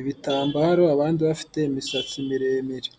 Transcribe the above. ibitambaro abandi bafite imisatsi miremire.